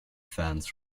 fans